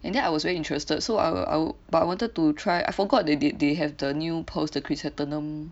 and then I was very interested so I'll I'll but I wanted to try I forgot they they have the new pearls the chrysanthemum